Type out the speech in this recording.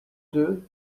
deux